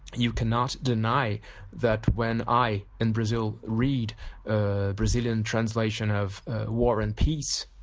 you cannot deny that when i, in brazil, read a brazilian translation of war and peace,